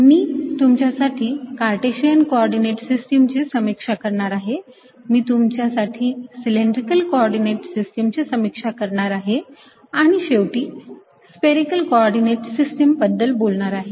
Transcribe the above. मी तुमच्यासाठी Cartesian coordinate सिस्टीमची समीक्षा करणार आहे मी तुमच्यासाठी सिलेंड्रिकल कोऑर्डिनेट सिस्टीमची समीक्षा करणार आहे आणि शेवटी स्पेरिकेल कोऑर्डिनेट सिस्टीम बद्दल बोलणार आहे